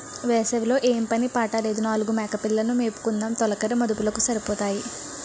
వేసవి లో ఏం పని పాట లేదు నాలుగు మేకపిల్లలు ను మేపుకుందుము తొలకరి మదుపులకు సరిపోతాయి